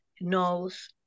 knows